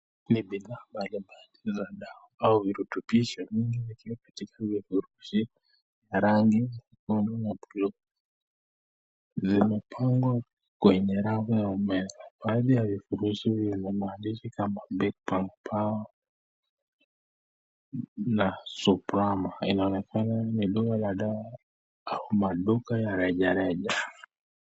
Ni bidhaa mbalimbali za dawa au virutubisho vimewekwa katika vifurushi za rangi. Zimepangwa kwenye rada ya meza. Baadhi ya vifurushi vina majina kama Big pa Power na Suprama. Inaonekana ni duka la dawa au maduka ya rejareja.